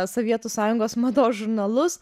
sovietų sąjungos mados žurnalus